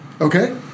Okay